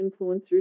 influencers